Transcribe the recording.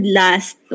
last